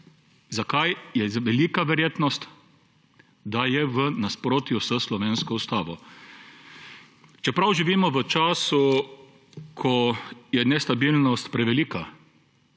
za kar je velika verjetnost, da je v nasprotju s slovensko ustavo. Čeprav živimo v času, ko je nestabilnost prevelika,